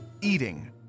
eating